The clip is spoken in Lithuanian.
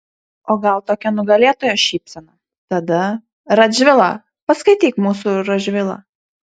o gal tokia nugalėtojo šypsena tada radžvilą paskaityk mūsų radžvilą